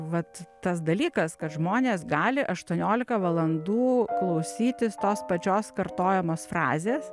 vat tas dalykas kad žmonės gali aštuoniolika valandų klausytis tos pačios kartojamos frazės